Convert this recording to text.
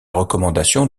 recommandation